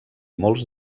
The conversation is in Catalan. molts